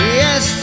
yes